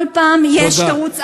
כל פעם יש תירוץ אחר.